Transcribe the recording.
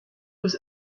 was